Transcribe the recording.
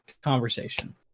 conversation